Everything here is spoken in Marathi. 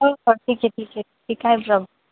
हो हो ठीक आहे ठीक आहे ठीक आहे प्रॉब्म